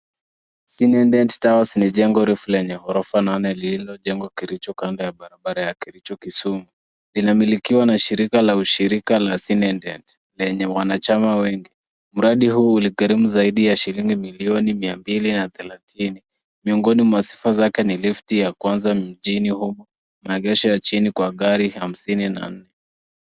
Sinendet towers ni jengo refu lenye ghorofa nane lililojengwa Kericho kando ya barabara ya Kericho-Kisumu. Linamilikiwa na shirika la Sinendet yenye wanachama wengi. Ujenzi huu uligharimu zaidi ya milioni mia mbili na thelathini. Miongoni mwa sifa zake ni lifti ya kwanza mjini humo, maegesho ya magari chini ya hamsini na nne.